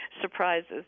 surprises